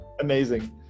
Amazing